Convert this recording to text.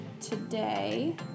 today